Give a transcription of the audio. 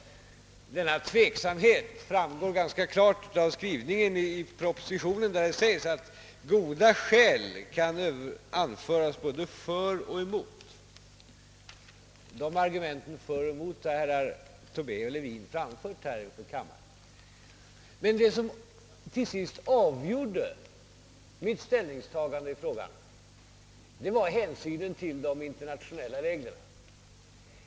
Denna tveksamhet framgår klart av texten i propositionen, där det sägs att »goda skäl kan anföras både för och emot». De argumenten för och emot har herrar Tobé och Levin mer eller mindre framfört här för kammaren. Det som till sist avgjorde mitt ställningstagande i frågan var hänsynen till de internationella reglerna.